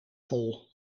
vol